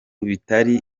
bitari